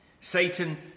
Satan